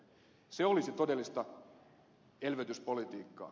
se olisi todellista elvytyspolitiikkaa